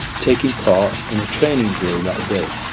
taking part in a training drill that day.